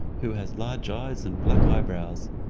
who has large eyes and black eyebrows.